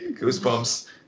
goosebumps